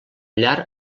llar